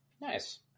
Nice